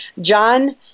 John